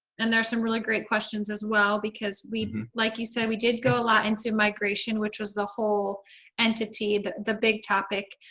and there are some really great questions as well. we'd like you say we did go a lot into migration, which was the whole entity the the big topic.